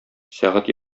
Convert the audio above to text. сәгать